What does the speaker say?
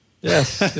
Yes